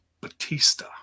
Batista